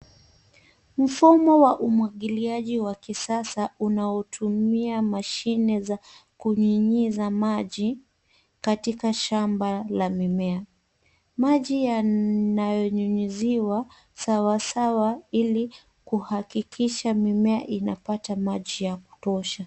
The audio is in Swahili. Mfumo wa umwagiliaji wa kisasa unaotumia mashine za kunyunyiza maji katika shamba la mimea. Maji yananyunyiziwa sawasawa ili kuhakikisha mimea inapata maji ya kutosha.